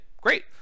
great